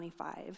25